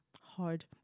hard